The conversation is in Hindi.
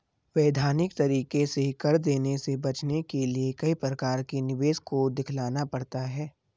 वैधानिक तरीके से कर देने से बचने के लिए कई प्रकार के निवेश को दिखलाना पड़ता है